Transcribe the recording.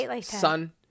Sun